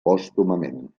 pòstumament